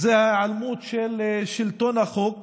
זאת ההיעלמות של שלטון החוק